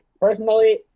personally